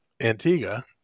Antigua